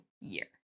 year